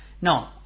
No